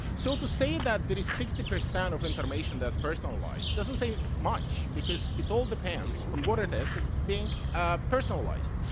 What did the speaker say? so to say that there is sixty percent of information that's personalized doesn't say much because it all depends on what it is that's being ah personalized.